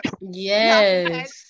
Yes